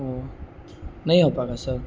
نہیں ہو پا سر